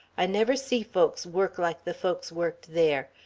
i never see folks work like the folks worked there.